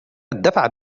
الدفع